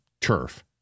turf